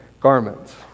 garments